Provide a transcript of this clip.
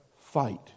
Fight